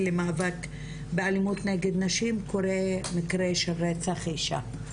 למאבק באלימות נגד נשים קורה מקרה של רצח אישה,